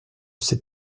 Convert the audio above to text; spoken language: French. ses